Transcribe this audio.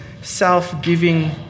self-giving